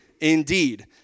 indeed